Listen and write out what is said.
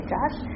Josh